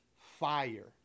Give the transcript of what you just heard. fire